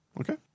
Okay